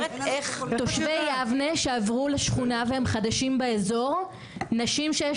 תושבי יבנה שעברו לשכונה והם חדשים באזור נשים שיש